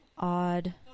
Odd